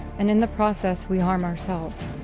and in the process, we harm ourselves.